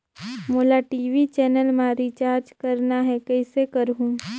मोला TV channel मा recharge करना हे, कइसे करहुँ?